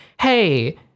hey